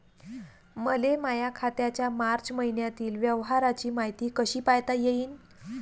मले माया खात्याच्या मार्च मईन्यातील व्यवहाराची मायती कशी पायता येईन?